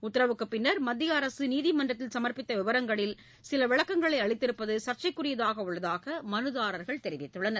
உத்தரவுக்குப்பின்னர் மத்திய அரசு நீதிமன்றத்தில் சமர்ப்பித்த விவரங்களில் சில விளக்கங்களை அளித்திருப்பது சர்ச்சைக்குரியதாக உள்ளதாக மனுதாரர்கள் தெரிவித்துள்ளனர்